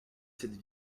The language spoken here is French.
cette